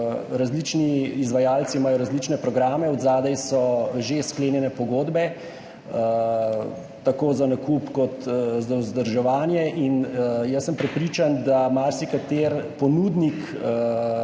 različni izvajalci imajo različne programe, od zadaj so že sklenjene pogodbe tako za nakup kot za vzdrževanje in jaz sem prepričan, da marsikateri ponudnik